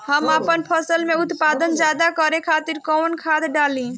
हम आपन फसल में उत्पादन ज्यदा करे खातिर कौन खाद डाली?